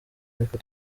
ariko